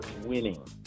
winning